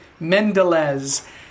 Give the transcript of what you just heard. Mendelez